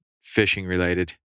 fishing-related